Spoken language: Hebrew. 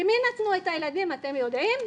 למי נתנו את הילדים, אתם יודעים?